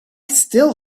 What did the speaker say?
still